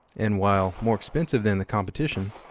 and while more expensive than the competition,